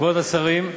כבוד השרים,